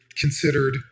considered